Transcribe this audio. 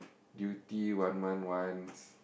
duty one month once